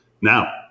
now